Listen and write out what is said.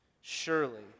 Surely